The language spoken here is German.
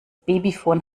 babyfon